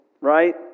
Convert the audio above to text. Right